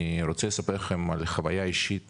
אני רוצה לספר לכם על חוויה אישית